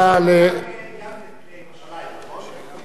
גם ים בירושלים, נכון?